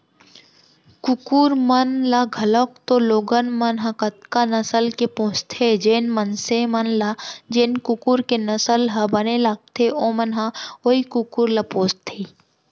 कुकुर मन ल घलौक तो लोगन मन ह कतका नसल के पोसथें, जेन मनसे मन ल जेन कुकुर के नसल ह बने लगथे ओमन ह वोई कुकुर ल पोसथें